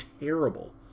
terrible